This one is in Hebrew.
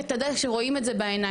ואתה יודע שרואים את זה בעיניים.